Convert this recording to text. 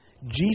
Jesus